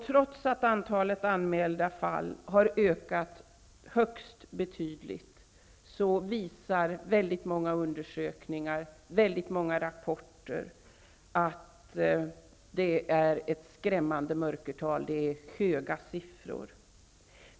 Trots att antalet anmälda fall har ökat högst betydligt visar många undersökningar och väldigt många rapporter att det är fråga om ett skrämmande mörkertal.